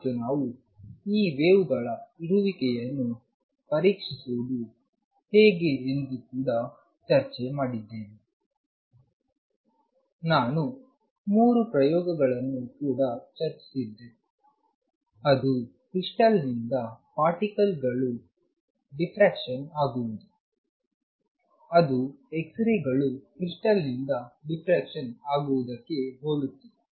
ಮತ್ತು ನಾವು ಈ ವೇವ್ ಗಳ ಇರುವಿಕೆಯನ್ನು ಪರೀಕ್ಷಿಸುವುದು ಹೇಗೆ ಎಂದು ಕೂಡ ನಾವು ಚರ್ಚೆ ಮಾಡಿದ್ದೇವೆ ನಾನು 3 ಪ್ರಯೋಗಗಳನ್ನು ಕೂಡ ಚರ್ಚಿಸಿದ್ದೆ ಅದು ಕ್ರಿಸ್ಟಲ್ ನಿಂದ ಪಾರ್ಟಿಕಲ್ಗಳು ದಿಫ್ರಾಕ್ಷನ್ ಆಗುವುದು ಅದು ಎಕ್ಸ್ ರೆಗಳು ಕ್ರಿಸ್ಟಲ್ ನಿಂದ ದಿಫ್ರಾಕ್ಷನ್ ಆಗುವುದಕ್ಕೆ ಹೋಲುತ್ತದೆ